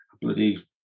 bloody